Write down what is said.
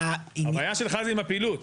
הבעיה שלך זה עם הפעילות.